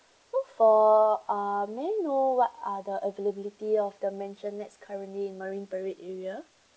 so for uh may I know what are the availability of the mansionette currently in marine parade area